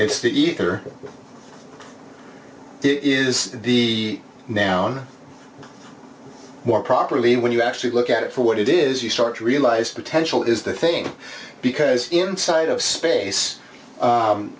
it's the ether it is the noun more properly when you actually look at it for what it is you start to realize potential is the thing because inside of space